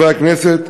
חברי הכנסת,